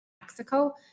Mexico